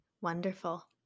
Wonderful